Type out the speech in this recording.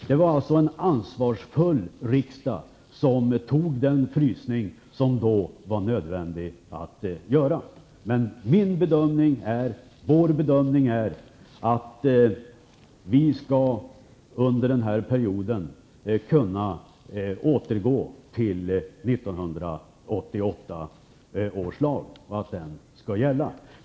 Det var en ansvarsfull riksdag som beslutade om den frysning som då var nödvändig. Vår bedömning är att vi under denna period skall kunna återgå till 1988 års lag.